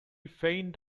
feigned